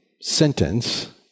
sentence